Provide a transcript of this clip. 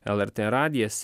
lrt radijas